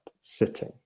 Sitting